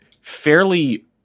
fairly